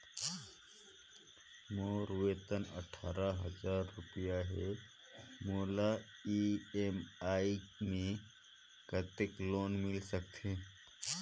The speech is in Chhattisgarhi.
मोर वेतन अट्ठारह हजार रुपिया हे मोला ई.एम.आई मे कतेक लोन मिल सकथे?